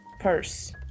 purse